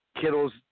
Kittles